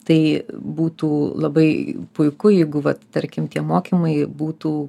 tai būtų labai puiku jeigu vat tarkim tie mokymai būtų